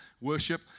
worship